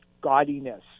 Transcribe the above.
gaudiness